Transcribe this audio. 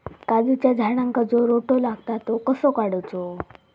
काजूच्या झाडांका जो रोटो लागता तो कसो काडुचो?